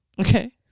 Okay